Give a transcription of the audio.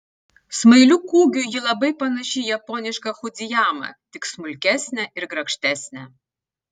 smailiu kūgiu ji labai panaši į japonišką fudzijamą tik smulkesnę ir grakštesnę